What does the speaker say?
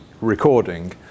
recording